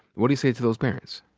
what do you say to those parents?